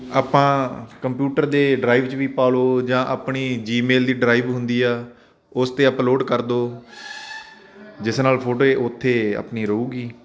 ਆਪਾਂ ਕੰਪਿਊਟਰ ਦੇ ਡਰਾਈਵ 'ਚ ਵੀ ਪਾ ਲਓ ਜਾਂ ਆਪਣੇ ਜੀਮੇਲ ਦੀ ਡਰਾਈਵ ਹੁੰਦੀ ਆ ਉਸ 'ਤੇ ਅਪਲੋਡ ਕਰ ਦਿਓ ਜਿਸ ਨਾਲ ਫੋਟੋ ਇਹ ਉੱਥੇ ਆਪਣੀ ਰਹੇਗੀ